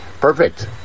perfect